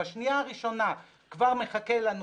בשניה הראשונה כבר מחכים לנו